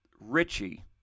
Richie